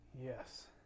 Yes